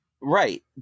Right